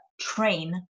train